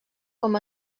com